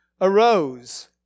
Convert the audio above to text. arose